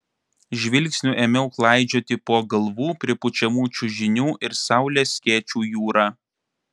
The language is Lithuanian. žvilgsniu ėmiau klaidžioti po galvų pripučiamų čiužinių ir saulės skėčių jūrą